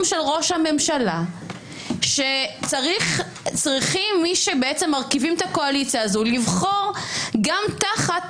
של ראש הממשלה שצריכים מי שבעצם מרכיבים את הקואליציה הזו לבחור גם תחת